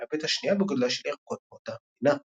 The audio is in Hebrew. והמייבאת השנייה בגודלה של ירקות מאותה המדינה.